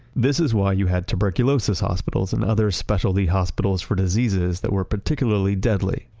this is why you had tuberculosis hospitals and other specialty hospitals for diseases that were particularly deadly.